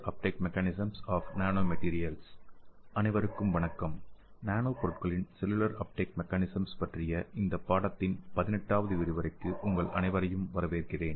அனைவருக்கும் வணக்கம் நானோ பொருட்களின் செல்லுலார் அப்டேக் மெகானிசம்ஸ் பற்றிய இந்தபாடத்தின் 18 வது விரிவுரைக்கு உங்கள் அனைவரையும் வரவேற்கிறேன்